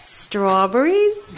strawberries